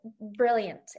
brilliant